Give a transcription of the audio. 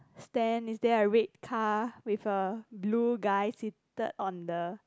stand is there a red car with a blue guy seated on the